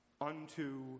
unto